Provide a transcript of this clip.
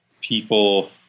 people